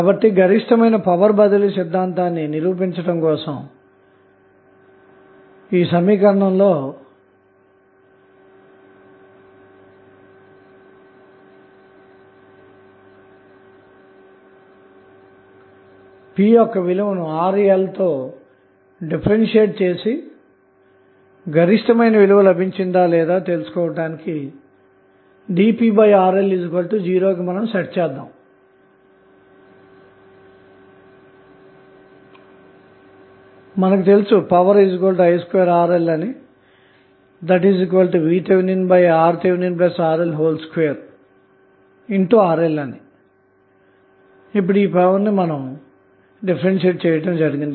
కాబట్టి గరిష్టమైన పవర్ బదిలీ సిద్ధాంతాన్ని నిరూపించటం కోసం ఈ సమీకరణం లో p విలువను RL తో డిఫరెన్షియేట్ చేసి గరిష్ట విలువ లభించిందా లేదా తెలుసుకోవటానికి dpdRL0 కి సెట్ చేద్దాము